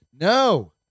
No